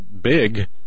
big